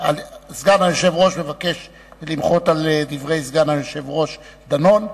סגן היושב-ראש מבקש למחות על דברי סגן היושב-ראש דנון.